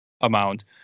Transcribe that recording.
amount